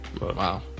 Wow